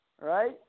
right